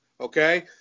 okay